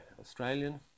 Australian